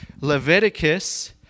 Leviticus